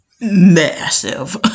massive